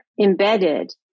embedded